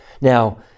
Now